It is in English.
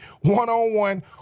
one-on-one